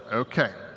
okay.